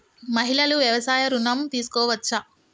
మహిళలు వ్యవసాయ ఋణం తీసుకోవచ్చా?